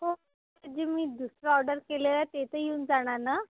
हो जे मी दुसरा ऑर्डर केलेला आहे ते तर येऊन जाणार ना